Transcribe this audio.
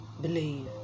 Believe